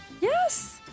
Yes